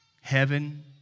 Heaven